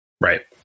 Right